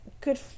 good